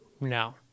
No